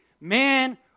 Man